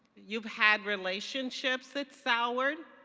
you've had relationships that soured,